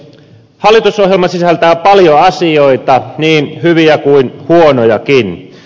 hallitusohjelma sisältää paljon asioita niin hyviä kuin huonojakin